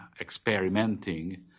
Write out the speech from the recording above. experimenting